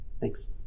thanks